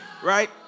Right